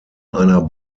einer